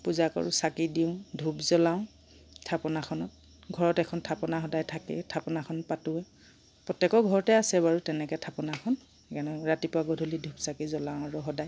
পূজা কৰো চাকি দিওঁ ধূপ জলাওঁ থাপনাখনত ঘৰত এখন থাপনা এখন থাকেই থাপনাখন পাতো প্ৰত্যেকৰ ঘৰতে আছে বাৰু তেনেকৈ থাপনাখন ৰাতিপুৱা গধূলী ধূপ চাকি জলাওঁ আৰু সদাই